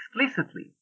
explicitly